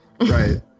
Right